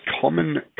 common